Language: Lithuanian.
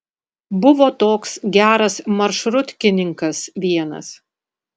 buvo toks geras maršrutkininkas vienas